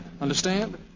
Understand